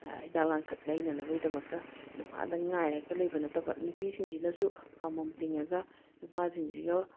ꯍꯤꯗꯥꯛ ꯂꯥꯡꯊꯛ ꯂꯩꯅꯕꯒꯤꯗꯃꯛꯇ ꯅꯨꯄꯥꯗ ꯉꯥꯏꯔꯒ ꯂꯩꯕ ꯅꯠꯇꯕ ꯅꯨꯄꯤꯁꯤꯡꯁꯤꯅꯁꯨ ꯄꯥꯝꯕꯣꯝ ꯇꯤꯡꯉꯒ ꯅꯨꯄꯥꯁꯤꯡꯁꯤꯒ